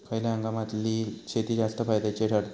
खयल्या हंगामातली शेती जास्त फायद्याची ठरता?